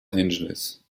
angeles